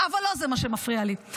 אבל לא זה מה שמפריע לי.